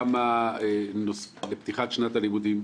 גם בפתיחת שנת הלימודים,